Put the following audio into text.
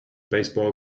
baseball